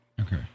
Okay